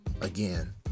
Again